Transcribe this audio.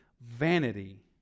vanity